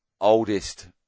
oldest